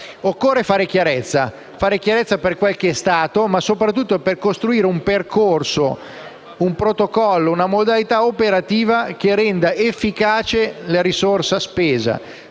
Occorre fare chiarezza, per capire ciò che è stato, ma soprattutto per costruire un percorso, un protocollo, una modalità operativa che rendano efficaci le risorse spese